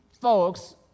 folks